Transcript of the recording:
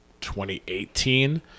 2018